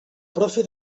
profe